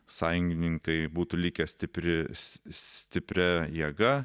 sąjungininkai būtų likę stipri stipria jėga